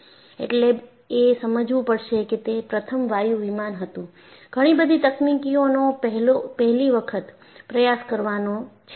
એટલે એ સમજવું પડશે કે તે પ્રથમ વાયુ વિમાન હતું ઘણીબધી તકનીકીઓનો પહેલી વખત પ્રયાસ કરવાનો છે